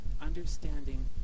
understanding